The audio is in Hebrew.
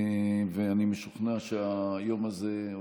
ואני משוכנע שהיום הזה יצוין כאן,